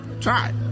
Try